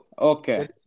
Okay